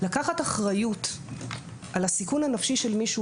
לקחת אחריות על הסיכון הנפשי של מישהו